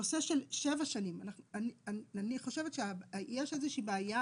הנושא של שבע שנים, אני חושבת שיש איזה שהיא בעיה